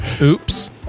Oops